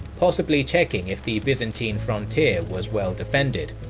possibly checking if the byzantine frontier was well defended.